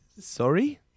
Sorry